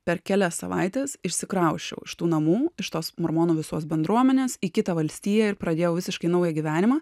per kelias savaites išsikrausčiau iš tų namų iš tos mormonų visos bendruomenės į kitą valstiją ir pradėjau visiškai naują gyvenimą